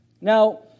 Now